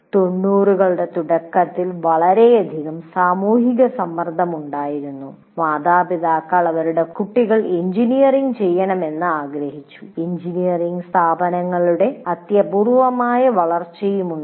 90 കളുടെ തുടക്കത്തിൽ വളരെയധികം സാമൂഹിക സമ്മർദ്ദമുണ്ടായിരുന്നു മാതാപിതാക്കൾ അവരുടെ കുട്ടികൾ എഞ്ചിനീയറിംഗ് ചെയ്യണമെന്ന് ആഗ്രഹിച്ചു എഞ്ചിനീയറിംഗ് സ്ഥാപനങ്ങളുടെ അഭൂതപൂർവമായ വളർച്ചയുണ്ടായി